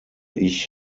ich